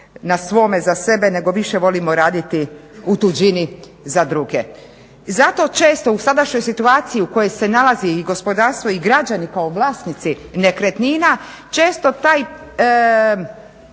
na svome za sebe nego više volimo raditi u tuđini za druge. Zato često u sadašnjoj situaciji u kojoj se nalazi i gospodarstvo i građani kao vlasnici nekretnina često taj